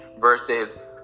versus